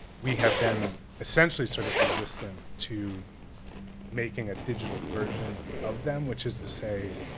we have been essentially sort of resistant to making a digital version of them. which is to say,